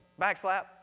backslap